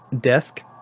desk